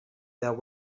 there